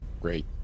great